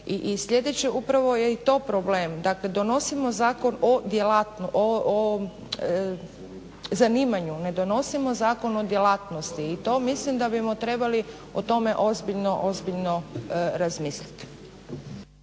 sljedeće upravo je i to problem, dakle donosimo zakon o zanimanju, ne donosimo zakon o djelatnosti i to mislim da bismo trebali o tome ozbiljno razmisliti.